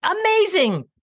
Amazing